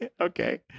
Okay